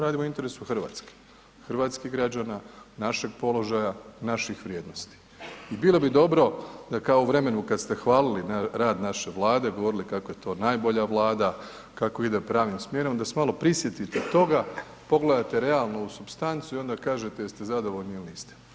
Radimo u interesu RH, hrvatskih građana, našeg položaja, naših vrijednosti i bilo bi dobro da kao u vremenu kad ste hvalili rad naše Vlade, govorili kako je to najbolja Vlada, kako ide pravnim smjerom, da se malo prisjetite toga, pogledajte realno u supstancu i onda kažete jeste li zadovoljni ili niste.